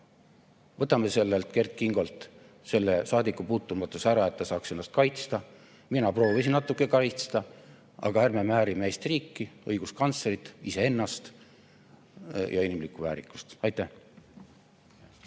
võtame sellelt Kert Kingolt saadikupuutumatuse ära, et ta saaks ennast kaitsta. Mina proovisin natuke kaitsta. Aga ärme määrime Eesti riiki, õiguskantslerit, iseennast ja inimlikku väärikust. Aitäh!